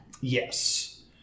Yes